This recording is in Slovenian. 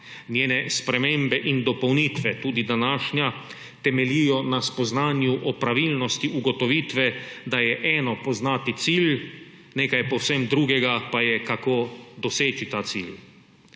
Njene spremembe in dopolnitve, tudi današnja, temeljijo na spoznanju o pravilnosti ugotovitve, da je eno poznati cilj, nekaj povsem drugega pa je, kako doseči ta cilj.